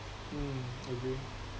mm agree